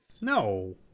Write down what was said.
No